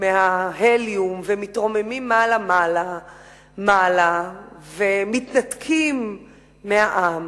מההליום ומתרוממים מעלה מעלה ומתנתקים מהעם,